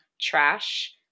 trash